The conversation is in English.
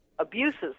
Abuses